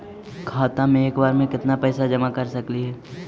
खाता मे एक बार मे केत्ना पैसा जमा कर सकली हे?